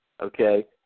okay